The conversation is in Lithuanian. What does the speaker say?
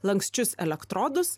lanksčius elektrodus